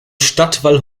stadtwall